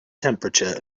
temperature